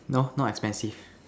no no not expensive